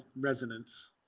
resonance